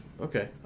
okay